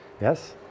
yes